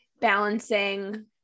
balancing